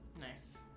Nice